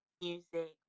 music